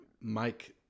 Mike